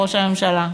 ראש הממשלה.